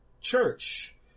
church